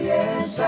Yes